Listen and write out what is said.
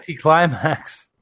Climax